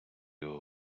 його